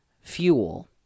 fuel